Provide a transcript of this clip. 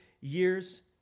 years